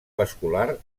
vascular